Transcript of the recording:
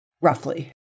roughly